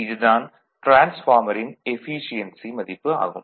இது தான் டிரான்ஸ்பார்மரின் எஃபீசியென்சி மதிப்பு ஆகும்